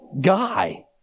guy